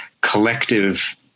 collective